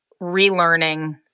relearning